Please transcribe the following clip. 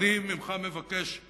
ואני ממך מבקש,